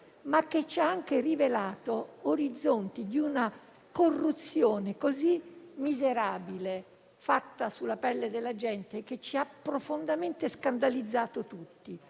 ma che ci hanno anche rivelato orizzonti di una corruzione così miserabile, fatta sulla pelle della gente, che ci ha profondamente scandalizzato tutti.